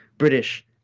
British